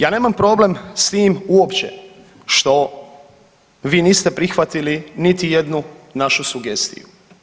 Ja nemam problem s tim uopće što vi niste prihvatili niti jednu našu sugestiju.